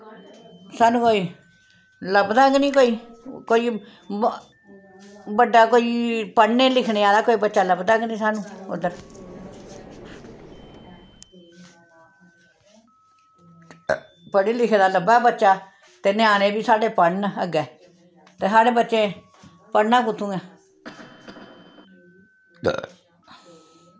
सानू कोई लब्भदा गै नेईं कोई बड्डा कोई पढ़ने लिखने आह्ला बच्चा लभदा गै नेईं कोई सानू उद्धर पढ़े लिखे दा लब्भै बच्चा ते ञ्यानें बी साढ़े पढ़न साढ़े अग्गें ते साढ़े बच्चें पढ़ना कुत्थूं ऐ